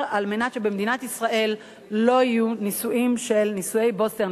על מנת שבמדינת ישראל לא יהיו נישואי בוסר,